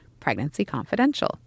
PregnancyConfidential